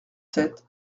sept